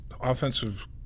offensive